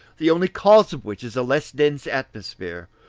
the only cause of which is a less dense atmosphere,